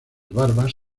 barbas